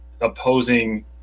opposing